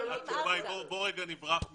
בואו רגע נברח משמות,